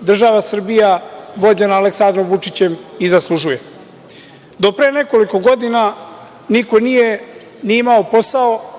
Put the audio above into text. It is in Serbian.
država Srbija, vođena Aleksandrom Vučićem, i zaslužuje. Do pre nekoliko godina niko nije ni imao posao,